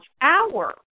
hour